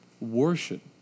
worship